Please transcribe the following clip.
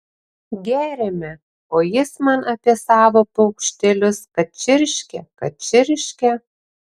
geriame o jis man apie savo paukštelius kad čirškia kad čirškia